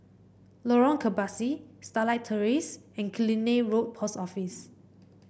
Lorong Kebasi Starlight Terrace and Killiney Road Post Office